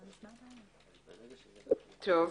טוב.